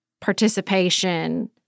participation